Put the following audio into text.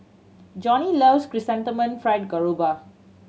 Joni loves Chrysanthemum Fried Garoupa